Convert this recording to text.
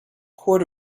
poured